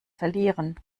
verlieren